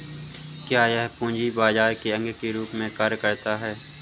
क्या यह पूंजी बाजार के अंग के रूप में कार्य करता है?